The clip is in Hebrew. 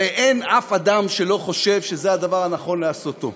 הרי אין אף אדם שלא חושב שזה הדבר הנכון לעשותו.